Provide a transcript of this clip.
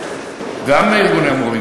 גם מארגוני המורים,